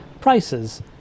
Prices